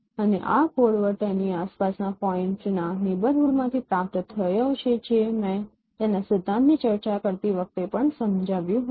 અને આ code word તેની આસપાસના પોઈન્ટના નેબરહૂડ માંથી પ્રાપ્ત થયો છે જે મેં તેના સિદ્ધાંતની ચર્ચા કરતી વખતે પણ સમજાવ્યું હતું